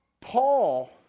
Paul